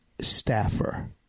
staffer